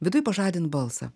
viduj pažadint balsą